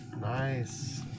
Nice